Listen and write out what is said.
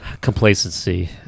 complacency